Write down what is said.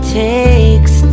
takes